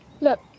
Look